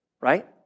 Right